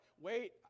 Wait